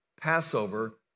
Passover